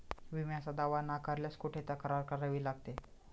विम्याचा दावा नाकारल्यास कुठे तक्रार करावी लागते?